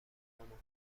مامان